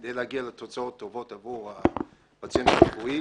כדי להגיע לתוצאות טובות עבור הפציינט הרפואי,